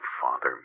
father